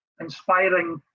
inspiring